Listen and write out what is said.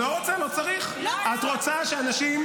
אנחנו לא רוצים את זה.